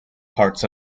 parts